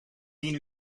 tien